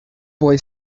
boy